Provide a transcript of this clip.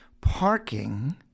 parking